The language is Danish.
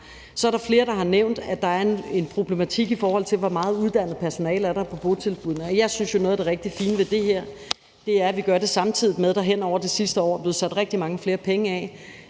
Så er der flere, der har nævnt, at der er en problematik, i forhold til hvor meget uddannet personale der er på botilbuddene. Jeg synes jo, noget af det rigtig fine ved det her er, at vi gør det, samtidig med at der hen over det sidste år er blevet sat rigtig mange flere penge af